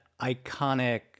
iconic